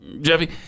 Jeffy